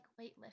weightlifting